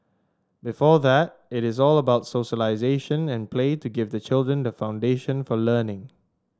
before that it is all about socialisation and play to give the children the foundation for learning